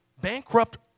bankrupt